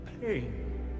pain